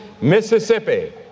Mississippi